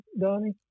Donnie